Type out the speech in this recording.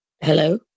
hello